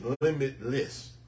limitless